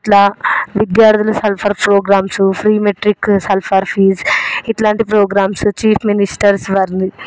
ఇట్లా విద్యార్థులు సల్ఫర్ ప్రోగ్రామ్స్ ఫ్రీమెట్రిక్ సల్ఫర్ ఫీజు ఇలాంటి ప్రోగ్రామ్స్ చీఫ్ మినిస్టర్స్ వారిని